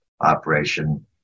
operation